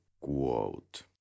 quote